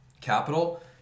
capital